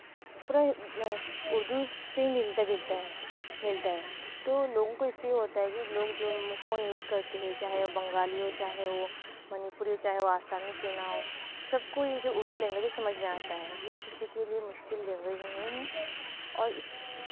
پورا اُردو سے ملتا جُلتا ہے ملتا ہے تو لوگوں کو اِس سے یہ ہوتا ہے کہ لوگ جو فون یوز کرتے ہے چاہے وہ بنگالی ہو چاہے وہ منی پوری ہو چاہے وہ آسامی کیوں نہ ہو سب کو یہ جو اُردو لینگویج ہے سمجھ میں آتا ہے یہ کسی کے لیے مشکل لینگویج نہیں ہے اور اِس